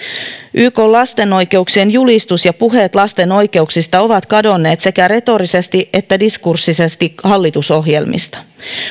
ykn lapsen oikeuksien julistus ja puheet lasten oikeuksista ovat kadonneet sekä retorisesti että diskursiivisesti hallitusohjelmista